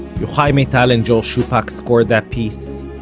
yochai maital and joel shupack scored that piece,